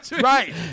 Right